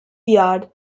yard